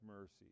mercy